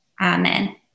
Amen